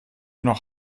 noch